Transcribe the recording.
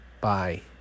bye